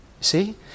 See